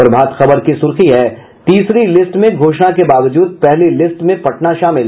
प्रभात खबर की सुर्खी है तीसरी लिस्ट में घोषणा के बावजूद पहली लिस्ट में पटना शामिल